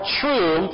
true